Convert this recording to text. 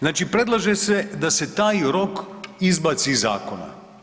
Znači predlaže se da se taj rok izbaci iz zakona.